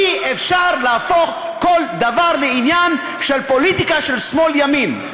אי-אפשר להפוך כל דבר לעניין של פוליטיקה של שמאל ימין.